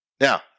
Now